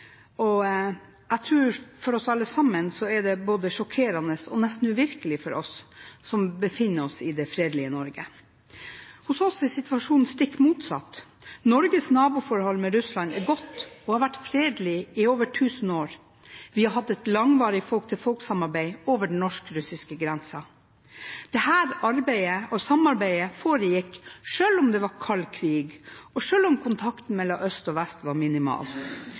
Det er sjokkerende og nesten uvirkelig for oss som befinner oss i det fredelige Norge. Hos oss er situasjonen stikk motsatt. Norges naboforhold med Russland er godt og har vært fredelig i over tusen år. Vi har hatt et langvarig folk-til-folk-samarbeid over den norsk-russiske grensen. Dette samarbeidet foregikk selv om det var kald krig og kontakten mellom øst og vest var minimal.